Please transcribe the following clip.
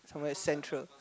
somewhere central